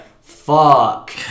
fuck